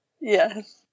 Yes